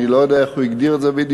אני לא יודע איך הוא הגדיר את זה בדיוק,